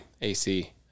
AC